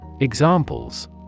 Examples